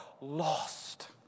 lost